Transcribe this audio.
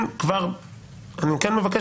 אני מבקש